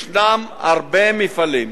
יש הרבה מפעלים,